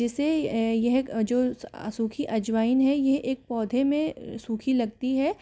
जिसे यह जो सूखी अजवाइन है यह एक पौधे में सूखी लगती है